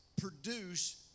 produce